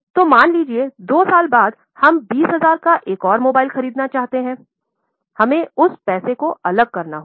तो मान लीजिए 2 साल बाद हम 20000 का एक और मोबाइल खरीदना चाहते हैं हमें उस पैसे को अलग करना होगा